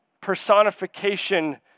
personification